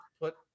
put